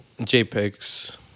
JPEG's